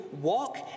walk